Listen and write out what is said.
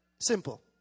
Simple